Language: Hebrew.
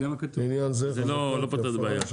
זה לא פותר את הבעיה.